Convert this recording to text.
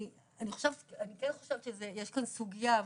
אני כן חושבת שיש כאן סוגיה,